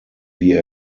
wir